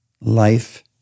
life